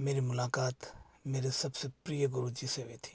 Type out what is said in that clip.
मेरी मुलाकात मेरे सबसे प्रिय गुरुजी से हुई थी